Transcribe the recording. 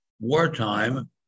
wartime